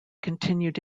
continued